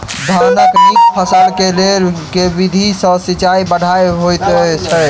धानक नीक फसल केँ लेल केँ विधि सँ सिंचाई बढ़िया होइत अछि?